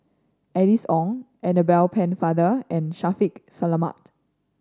Alice Ong Annabel Pennefather and Shaffiq Selamat